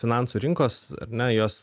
finansų rinkos ar ne jos